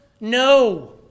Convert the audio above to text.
No